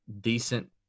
decent